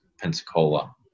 Pensacola